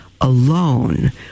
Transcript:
alone